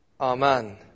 Amen